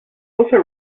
also